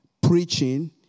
preaching